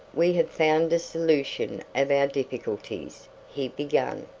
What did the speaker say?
we have found a solution of our difficulties, he began,